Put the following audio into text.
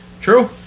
True